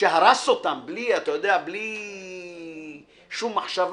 שהרס אותם בלי שום מחשבה,